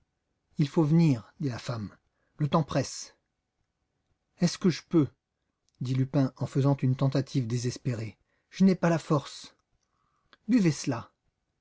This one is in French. il faut venir dit la femme le temps presse est-ce que je peux dit lupin en faisant une tentative désespérée je n'ai pas la force buvez cela